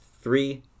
Three